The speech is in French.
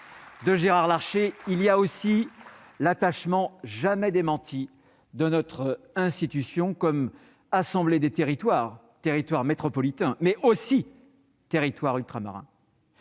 de Gérard Larcher, il y a aussi l'attachement jamais démenti de notre institution comme assemblée des territoires- territoire métropolitain, mais aussi territoires ultramarins.